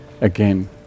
again